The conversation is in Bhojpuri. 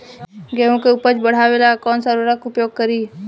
गेहूँ के उपज बढ़ावेला कौन सा उर्वरक उपयोग करीं?